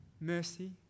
mercy